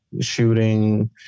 shooting